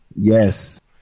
Yes